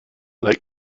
like